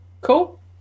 Cool